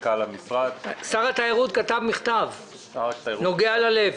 שר התיירות כתב מכתב נוגע ללב.